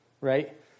right